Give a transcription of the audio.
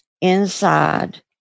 Inside